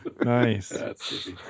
Nice